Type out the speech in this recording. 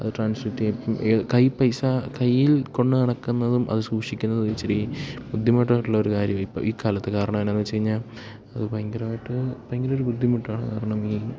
അത് പൈസ കയ്യിൽ കൊണ്ടുനടക്കുന്നതും അത് സൂക്ഷിക്കുന്നതും ഇച്ചിരി ബുദ്ധിമുട്ടായിട്ടുള്ളൊരു കാര്യമാണ് ഇപ്പോള് ഈ കാലത്ത് കാരണമെന്താണെന്ന് വെച്ചുകഴിഞ്ഞാല് അത് ഭയങ്കരമായിട്ട് ഭയങ്കരം ഒരു ബുദ്ധിമുട്ടാണ് കാരണം ഈ